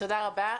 תודה רבה.